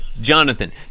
Jonathan